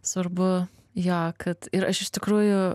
svarbu jo kad ir aš iš tikrųjų